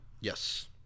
Yes